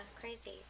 Crazy